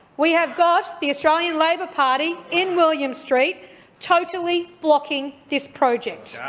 we have got the australian labor party in william street totally blocking this project.